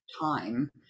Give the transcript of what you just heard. time